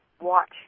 Watch